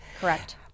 Correct